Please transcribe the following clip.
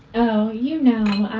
oh, you know.